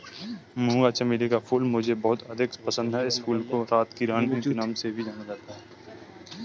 मूंगा चमेली का फूल मुझे बहुत अधिक पसंद है इस फूल को रात की रानी के नाम से भी जानते हैं